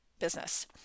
Business